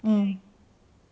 mm